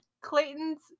clayton's